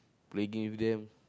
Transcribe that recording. play game with them